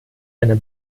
einer